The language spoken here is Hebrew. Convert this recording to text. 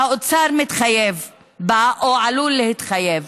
שהאוצר מתחייב בה או עלול להתחייב.